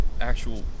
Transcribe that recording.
actual